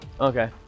Okay